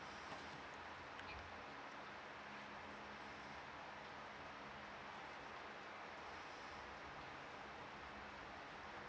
mm